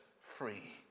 free